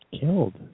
killed